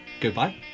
Goodbye